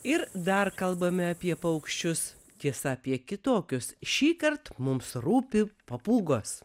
ir dar kalbame apie paukščius tiesa apie kitokius šįkart mums rūpi papūgos